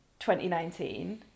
2019